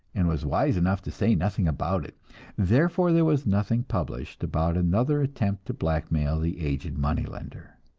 and was wise enough to say nothing about it therefore there was nothing published about another attempt to blackmail the aged money-lender!